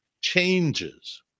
changes